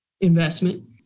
investment